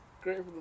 Great